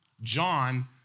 John